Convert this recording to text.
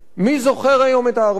מי זוכר היום את הארמנים.